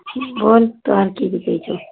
बोल तोहर कि बिकै छौ